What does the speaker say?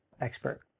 expert